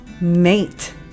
Mate